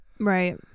right